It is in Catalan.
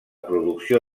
producció